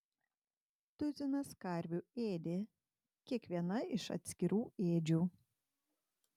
tuzinas karvių ėdė kiekviena iš atskirų ėdžių